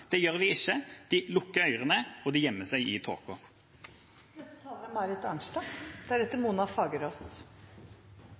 Det gjør de ikke. De lukker ørene, og de gjemmer seg i